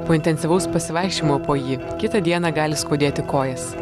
po intensyvaus pasivaikščiojimo po jį kitą dieną gali skaudėti kojas